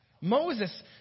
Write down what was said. Moses